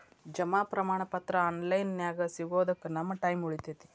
ಜಮಾ ಪ್ರಮಾಣ ಪತ್ರ ಆನ್ ಲೈನ್ ನ್ಯಾಗ ಸಿಗೊದಕ್ಕ ನಮ್ಮ ಟೈಮ್ ಉಳಿತೆತಿ